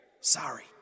sorry